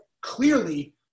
clearly